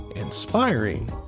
inspiring